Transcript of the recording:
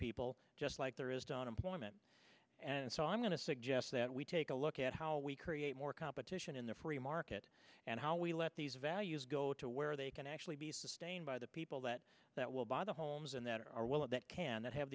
people just like there is done employment and so i'm going to suggest that we take a look at how we create more competition in the free market and how we let these values go to where they can actually be sustained by the people that that will buy the homes and that our will that can that have